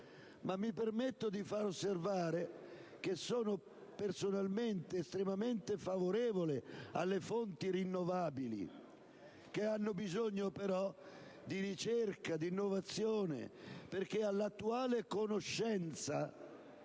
Mi permetto di far osservare che sono personalmente estremamente favorevole alle fonti rinnovabili, che hanno bisogno però di ricerca e di innovazione, perché, allo stato attuale della conoscenza